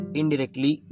indirectly